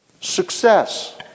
success